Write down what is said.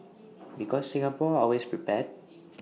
because Singapore are always prepared